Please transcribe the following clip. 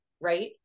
right